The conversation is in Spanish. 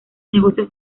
negocios